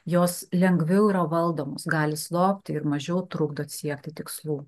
jos lengviau yra valdomos gali slopti ir mažiau trukdo siekti tikslų